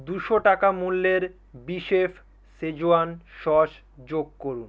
দুশো টাকা মূল্যের বিশেফ শেজওয়ান সস যোগ করুন